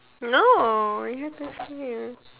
no you have to say